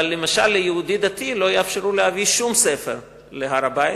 אבל למשל ליהודי דתי לא יאפשרו להביא שום ספר להר-הבית.